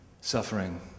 suffering